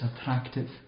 attractive